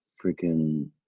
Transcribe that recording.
freaking